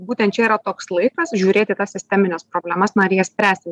būtent čia yra toks laikas žiūrėti tas sistemines problemas na ir jas spręsti